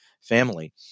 family